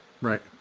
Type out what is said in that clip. Right